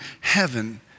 heaven